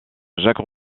jacques